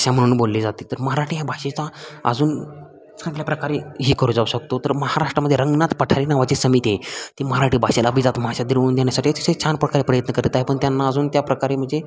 भाषा म्हणून बोलली जाते तर मराठी ह्या भाषेचा अजून चांगल्या प्रकारे हे करू जाऊ शकतो तर महाराष्ट्रामध्ये रंगनाथ पठारे नावाची समिती आहे ती मराठी भाषेला अभिजात भाषा मिळवून देण्यासाठी छान प्रकारे प्रयत्न करत आहे पण त्यांना अजून त्याप्रकारे म्हणजे